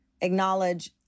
Acknowledge